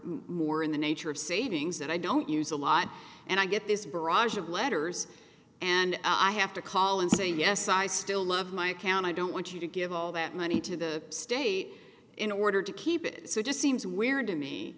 more in the nature of savings that i don't use a lot and i get this barrage of letters and i have to call in saying yes i still love my account i don't want you to give all that money to the state in order to keep it so it just seems weird to me